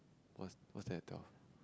what's what's there at twelve